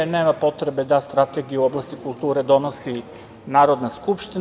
Nema potrebe da strategiju u oblasti kulture donosi Narodna skupština.